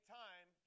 time